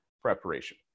preparation